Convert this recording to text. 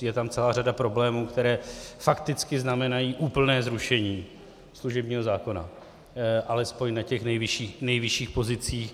Myslím, že je tam celá řada problémů, které fakticky znamenají úplné zrušení služebního zákona, alespoň na těch nejvyšších pozicích.